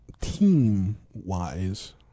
Team-wise